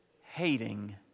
hating